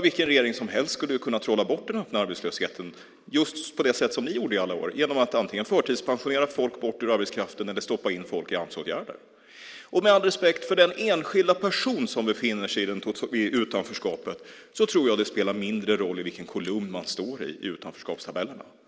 Vilken regering som helst skulle kunna trolla bort den öppna arbetslösheten på det sätt som ni gjorde under alla år, genom att antingen förtidspensionera bort folk ur arbetskraften eller genom att stoppa in folk i Amsåtgärder. Med all respekt för den enskilda person som befinner sig i utanförskapet tror jag att det spelar mindre roll vilken kolumn i utanförskapstabellerna man står i.